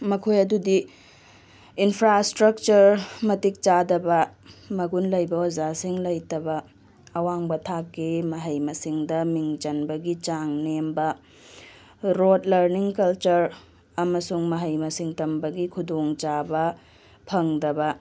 ꯃꯈꯣꯏ ꯑꯗꯨꯗꯤ ꯏꯟꯐ꯭ꯔꯥꯏꯁꯇ꯭ꯔꯛꯆꯔ ꯃꯇꯤꯛ ꯆꯥꯗꯕ ꯃꯒꯨꯟ ꯂꯩꯕ ꯑꯣꯖꯥꯁꯤꯡ ꯂꯩꯇꯕ ꯑꯋꯥꯡꯕ ꯊꯥꯛꯀꯤ ꯃꯍꯩ ꯃꯁꯤꯡꯗ ꯃꯤꯡ ꯆꯟꯕꯒꯤ ꯆꯥꯡ ꯅꯦꯝꯕ ꯔꯣꯠ ꯂꯔꯅꯤꯡ ꯀꯜꯆꯔ ꯑꯃꯁꯨꯡ ꯃꯍꯩ ꯃꯁꯤꯡ ꯇꯝꯕꯒꯤ ꯈꯨꯗꯣꯡ ꯆꯥꯕ ꯐꯪꯗꯕ